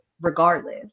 regardless